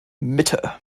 mitte